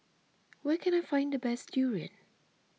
where can I find the best durian